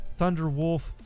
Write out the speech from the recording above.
Thunderwolf